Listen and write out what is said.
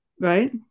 Right